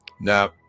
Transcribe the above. Now